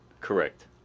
Correct